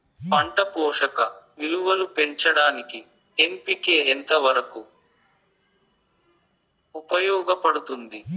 పంట పోషక విలువలు పెంచడానికి ఎన్.పి.కె ఎంత వరకు ఉపయోగపడుతుంది